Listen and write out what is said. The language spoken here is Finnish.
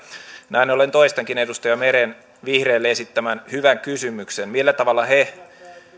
näin ollen toistankin edustaja meren vihreille esittämän hyvän kysymyksen millä tavalla he